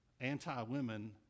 anti-women